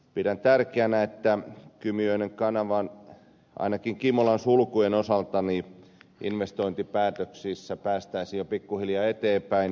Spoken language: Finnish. pidän tärkeänä että kymijoen kanavan ainakin kimolan sulkujen osalta investointipäätöksissä päästäisiin jo pikkuhiljaa eteenpäin